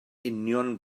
union